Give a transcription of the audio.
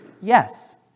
Yes